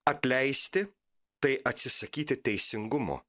atleisti tai atsisakyti teisingumo